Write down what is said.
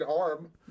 arm